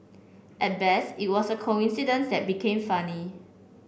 at best it was a coincidence that became funny